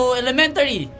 elementary